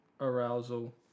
arousal